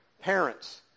Parents